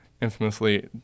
infamously